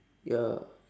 ya